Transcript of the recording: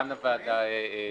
כאן הוועדה נמצאת.